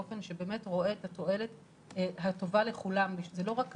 שזה יהיה באופן שבאמת רואה את התועלת הטובה לכולם ושזה לא רק כלכלי,